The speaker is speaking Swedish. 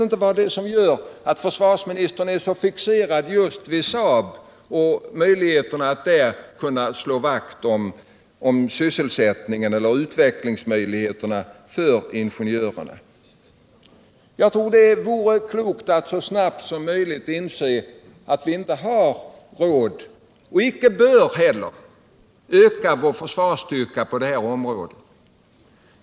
Jag vet inte vad som gör att försvarsministern är så fixerad just vid Saab och möjligheterna att slå vakt om sysselsättningen där och utvecklingsarbete för Saabs ingenjörer. Jag tror att det vore klokt att så snart som möjligt inse att vi inte har råd att öka och inte heller bör öka våra försvarsresurser på det här området.